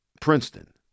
Princeton